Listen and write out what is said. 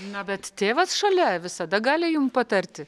na bet tėvas šalia visada gali jum patarti